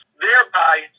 thereby